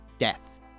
death